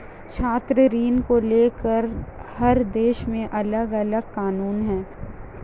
छात्र ऋण को लेकर हर देश में अलगअलग कानून है